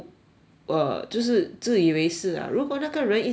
uh 就是自以为是 ah 如果那个人一直在